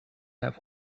have